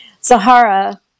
Sahara